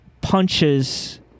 punches